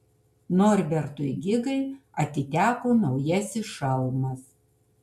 norbertui gigai atiteko naujasis šalmas